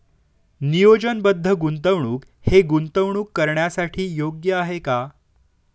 नियोजनबद्ध गुंतवणूक हे गुंतवणूक करण्यासाठी योग्य आहे का?